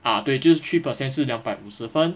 ah 对就是 three percent 是两百五十分